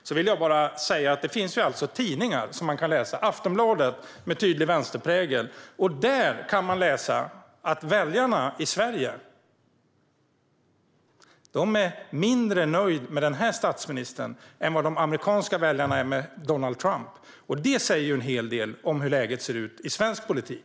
Jag vill bara säga att det finns tidningar man kan läsa. I Aftonbladet, med tydlig vänsterprägel, kan man läsa att väljarna i Sverige är mindre nöjda med statsministern än vad de amerikanska väljarna är med Donald Trump. Detta säger en hel del om hur läget ser ut i svensk politik.